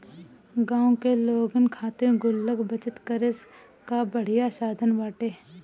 गांव के लोगन खातिर गुल्लक बचत करे कअ बढ़िया साधन बाटे